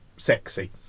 sexy